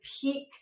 peak